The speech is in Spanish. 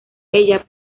ella